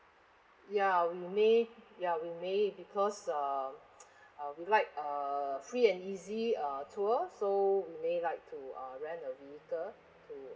ya we may ya we may because uh uh we like uh free and easy uh tour so we may like to err rent a vehicle to